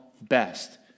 best